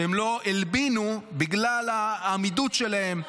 ולא הלבינו בגלל העמידות שלהם,